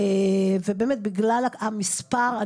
ובאמת בגלל המספר,